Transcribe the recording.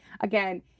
again